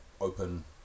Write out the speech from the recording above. open